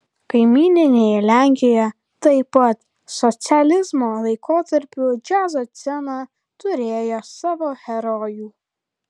kaimyninėje lenkijoje taip pat socializmo laikotarpiu džiazo scena turėjo savo herojų